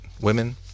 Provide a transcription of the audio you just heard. women